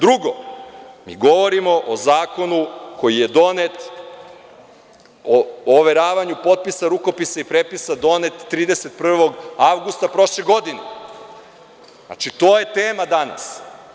Drugo, mi govorimo o zakonu koji je donet, o overavanju potpisa, rukopisa i prepisa donet 31. avgusta prošle godine, to je tema danas.